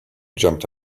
jumped